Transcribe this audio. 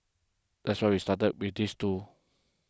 that's why we started with these two